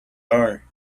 are